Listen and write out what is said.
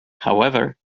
however